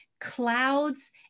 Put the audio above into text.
clouds